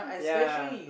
ya